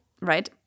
right